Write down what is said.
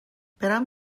برم